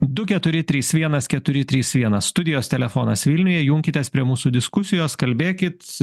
du keturi trys vienas keturi trys vienas studijos telefonas vilniuje junkitės prie mūsų diskusijos kalbėkit